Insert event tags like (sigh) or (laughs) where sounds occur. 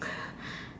(laughs)